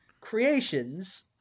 creations